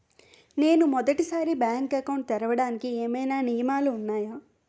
నేను మొదటి సారి బ్యాంక్ అకౌంట్ తెరవడానికి ఏమైనా నియమాలు వున్నాయా?